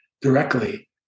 directly